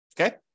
Okay